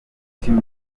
umutima